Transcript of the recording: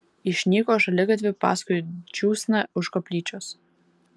išnyko šaligatviu paskui džiūsną už koplyčios